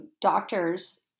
doctors